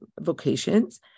vocations